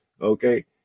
okay